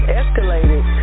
escalated